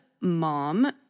mom